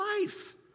life